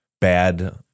bad